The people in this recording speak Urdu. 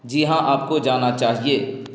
جی ہاں آپ کو جانا چاہیے